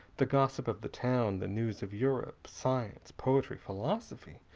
the gossip of the town, the news of europe, science, poetry, philosophy,